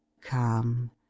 Come